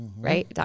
right